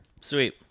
Sweet